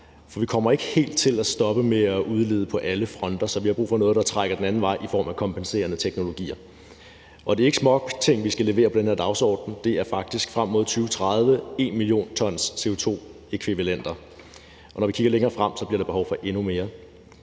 for vi kommer ikke helt til at stoppe med at udlede på alle fronter; så vi har brug for noget, der trækker den anden vej i form af kompenserende teknologier. Og det er ikke småting, vi skal levere på den her dagsorden – det er faktisk frem mod 2030 1 mio. t CO2-ækvivalenter. Når vi kigger længere frem, bliver der behov for endnu mere.